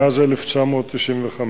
מאז 1995,